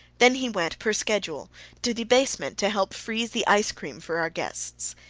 then he went per schedule to the basement to help freeze the ice-cream for our guests.